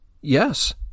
Yes